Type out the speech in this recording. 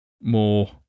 more